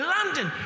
London